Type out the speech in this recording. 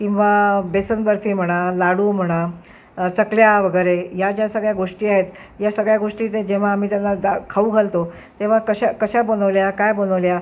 किंवा बेसन बर्फी म्हणा लाडू म्हणा चकल्या वगैरे या ज्या सगळ्या गोष्टी आहेत या सगळ्या गोष्टी ते जेव्हा आम्ही त्यांना दा खाऊ घालतो तेव्हा कशा कशा बनवल्या काय बनवल्या